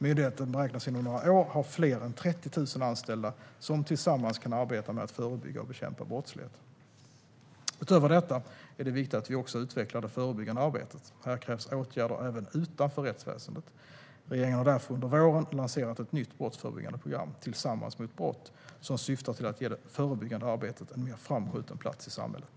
Myndigheten beräknas inom några år ha fler än 30 000 anställda som tillsammans kan arbeta med att förebygga och bekämpa brottslighet. Utöver detta är det viktigt att vi också utvecklar det förebyggande arbetet. Här krävs åtgärder även utanför rättsväsendet. Regeringen har därför under våren lanserat ett nytt brottsförebyggande program, Tillsammans mot brott, som syftar till att ge det förebyggande arbetet en mer framskjuten plats i samhället.